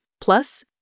plus